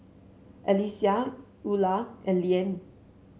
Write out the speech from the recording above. Alyssia Ula and Leanne